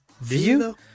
view